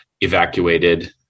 evacuated